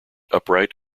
upright